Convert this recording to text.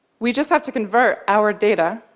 we just have to convert our data,